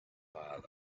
pile